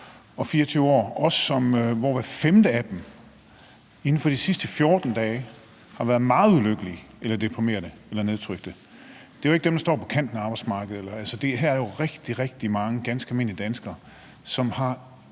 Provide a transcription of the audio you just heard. og 24 år, hvor hver femte af dem inden for de sidste 14 dage har været meget ulykkelig, deprimeret eller nedtrykt. Det er jo ikke dem, der står på kanten af arbejdsmarkedet. Det her er jo rigtig, rigtig mange ganske almindelige danskere, som har